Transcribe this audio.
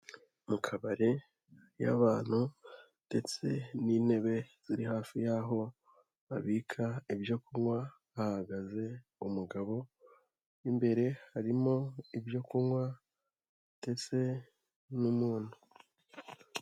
Mu kabari y'abantu ndetse n'intebe ziri hafi y'aho babika ibyo kunywa bahagaze umugabo imbere harimo ibyo kunywa ndetse n'umuntu.